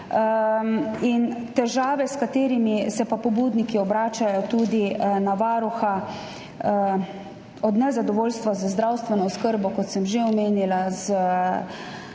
Težave, s katerimi se pa pobudniki obračajo tudi na Varuha, so od nezadovoljstva z zdravstveno oskrbo, kot sem že omenila,